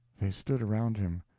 they stood around him.